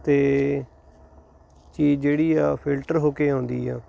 ਅਤੇ ਚੀਜ਼ ਜਿਹੜੀ ਆ ਫਿਲਟਰ ਹੋ ਕੇ ਆਉਂਦੀ ਆ